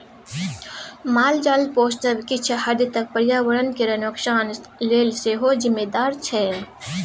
मालजाल पोसब किछ हद तक पर्यावरण केर नोकसान लेल सेहो जिम्मेदार छै